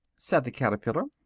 said the caterpillar.